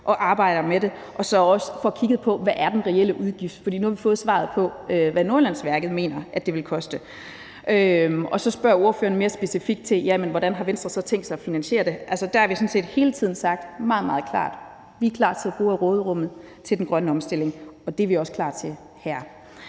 og arbejde med det, og så også får kigget på, hvad den reelle udgift er. For nu har vi fået svaret på, hvad Nordjyllandsværket mener det vil koste. Og så spørger spørgeren mere specifikt til, hvordan Venstre så har tænkt sig at finansiere det. Altså, der har vi sådan set hele tiden sagt meget, meget klart, at vi er klar til at bruge af råderummet til den grønne omstilling, og det er vi også klar til her.